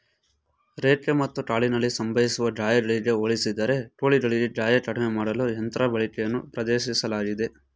ರೆಕ್ಕೆ ಮತ್ತು ಕಾಲಲ್ಲಿ ಸಂಭವಿಸುವ ಗಾಯಗಳಿಗೆ ಹೋಲಿಸಿದರೆ ಕೋಳಿಗಳಿಗೆ ಗಾಯ ಕಡಿಮೆ ಮಾಡಲು ಯಂತ್ರ ಬಳಕೆಯನ್ನು ಪ್ರದರ್ಶಿಸಲಾಗಿದೆ